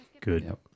good